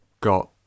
got